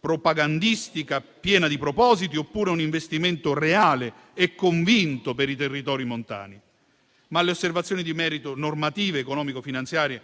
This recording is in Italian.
propagandistica, piena di propositi, oppure di un investimento reale e convinto per i territori montani? Ma alle osservazioni di merito normative ed economico-finanziarie